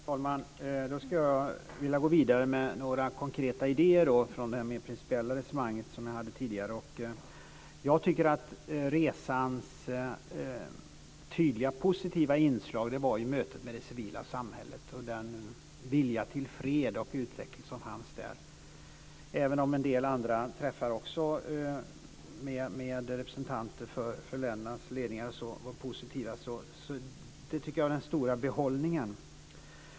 Herr talman! Jag skulle vilja gå vidare från det mer principiella resonemang som jag förde tidigare till några konkreta idéer. Jag tycker att resans tydliga positiva inslag var mötet med det civila samhället och den vilja till fred och utveckling som fanns där. Även om en del träffar med representanter för ländernas ledningar var positiva, tycker jag att det var den stora behållningen.